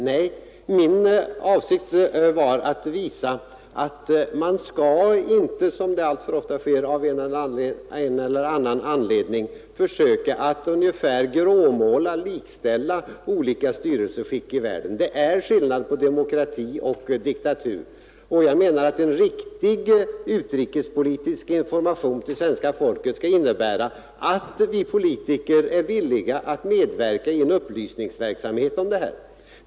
Nej, min avsikt var att visa att man inte, vilket alltför ofta sker av en eller annan anledning, skall försöka gråmåla — likställa — olika styrelseskick i världen. Det är skillnad mellan demokrati och diktatur. En riktig utrikespolitisk information till svenska folket måste innebära att vi politiker är villiga att medverka i en upplysningsverksamhet om detta.